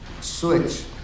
switch